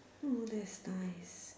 hmm that's nice